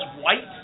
white